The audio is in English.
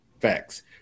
Facts